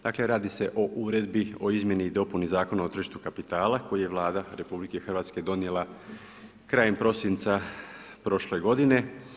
Dakle radi se o Uredbi o izmjeni i dopuni Zakona o tržištu kapitala koji je Vlada RH donijela krajem prosinca prošle godine.